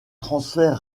transfert